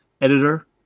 editor